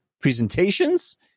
presentations